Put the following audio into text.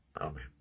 Amen